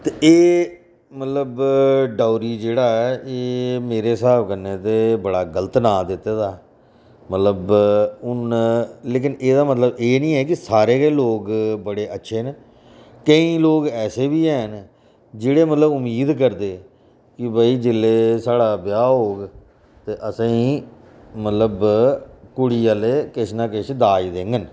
ते एह् मतलब डौरी जेह्ड़ा ऐ एह् मेरे स्हाब कन्नै ते बड़ा गल्त नांऽ दित्ते दा मतलब हून लेकिन एह्दा मतलब एह् नि ऐ कि सारे गै लोग बड़े अच्छे न केईं लोग ऐसे बी हैन जेह्ड़े मतलब उम्मीद करदे कि भाई साढ़ा जेल्लै ब्याह् होग ते असेंगी मतलब कुड़ी आह्ले किश ना किश दाज देङन